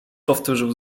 powtórzył